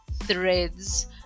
threads